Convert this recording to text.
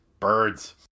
birds